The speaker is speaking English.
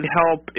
help